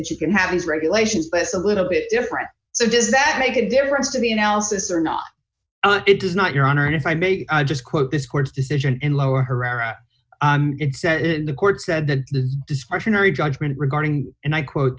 it's you can have these regulations but it's a little bit different so does that make a difference to the analysis or not it is not your honor and if i may just quote this court's decision in lower herrera it said the court said that the discretionary judgment regarding